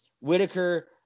Whitaker